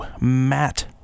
Matt